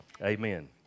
amen